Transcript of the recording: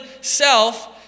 self